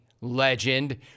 legend